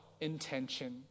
intention